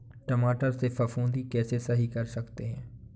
टमाटर से फफूंदी कैसे सही कर सकते हैं?